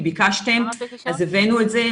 ביקשתם, אז הבאנו את זה.